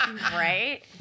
Right